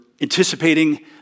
anticipating